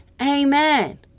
Amen